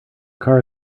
car